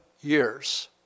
years